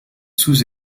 sous